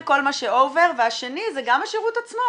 זה כל מה שאובר והשני זה גם השירות עצמו.